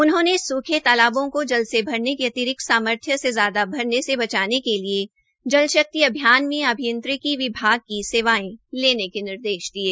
उन्होंने सूखे तालाबों को जल से भरने के अतिरिक्त सामर्थय से ज्यादा भरने से बचाने के लिये जलशक्ति अभियान में अभियांत्रिकी विभाग की सेवायें लेने के निर्देश दिये